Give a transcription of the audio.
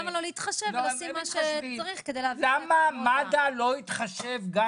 למה לא להתחשב ולשים מה שצריך --- למה מד"א לא התחשבה גם